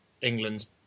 England's